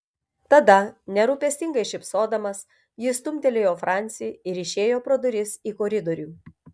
tada nerūpestingai šypsodamas jis stumtelėjo francį ir išėjo pro duris į koridorių